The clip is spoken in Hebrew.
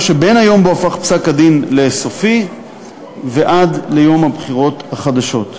שבין היום שבו הפך פסק-הדין לסופי ועד ליום הבחירות החדשות.